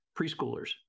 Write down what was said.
preschoolers